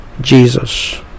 Jesus